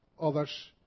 Others